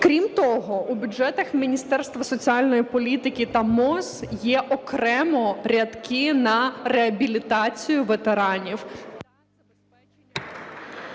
Крім того, у бюджетах Міністерства соціальної політики та МОЗ є окремо рядки на реабілітацію ветеранів.